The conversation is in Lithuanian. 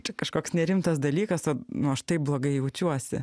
čia kažkoks nerimtas dalykas nu aš taip blogai jaučiuosi